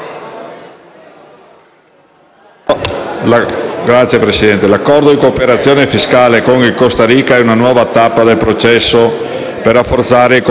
Signora Presidente, l'Accordo di cooperazione fiscale con il Costa Rica è una nuova tappa del processo per rafforzare il contrasto all'evasione fiscale internazionale